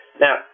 Now